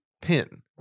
pin